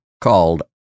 called